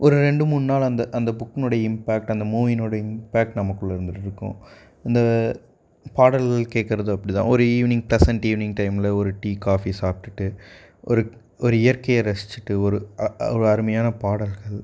ஒரு ரெண்டு மூணு நாள் அந்த அந்த புக்கினுடைய இம்பாக்ட் அந்த மூவியினுடைய இம்பாக்ட் நமக்குள்ளே இருந்துகிட்டு இருக்கும் அந்த பாடல் கேட்க்கறதும் அப்படிதான் ஒரு ஈவினிங் ப்ளசண்ட் ஈவினிங் டைமில் ஒரு டீ காஃபி சாப்பிடுட்டு ஒரு ஒரு இயற்கையை ரசிச்சுட்டு ஒரு அ அ ஒரு அருமையான பாடல்கள்